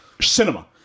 Cinema